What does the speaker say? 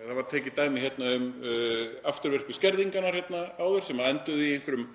hefur verið tekið um afturvirku skerðingarnar sem enduðu í einhverjum